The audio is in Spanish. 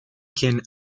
quién